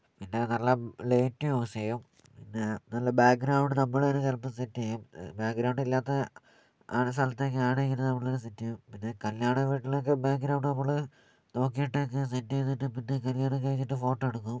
പിന്നെ നല്ല light use ചെയ്യും പിന്നെ നല്ല ബാക്ഗ്രൗണ്ട് നമ്മൾ തന്നെ ചിലപ്പോൾ സെറ്റ് ചെയ്യും ബാക്ഗ്രൗണ്ട് ഇല്ലാത്ത ആണ് സ്ഥലത്തെങ്കിൽ ആണെങ്കിൽ നമ്മൾ സെറ്റ് ചെയ്യും പിന്നെ കല്യാണ വീട്ടിലൊക്കെ ബാക്ഗ്രൗണ്ട് നമ്മൾ നോക്കിട്ടൊക്കെ സെറ്റ് ചെയ്തിട്ട് പിന്നെ കല്യാണം കഴിഞ്ഞിട്ട് ഫോട്ടോ എടുക്കും